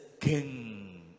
king